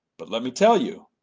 but let me tell you,